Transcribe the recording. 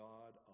God